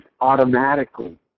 automatically